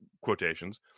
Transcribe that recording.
quotations